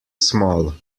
small